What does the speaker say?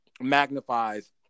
magnifies